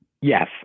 Yes